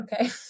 okay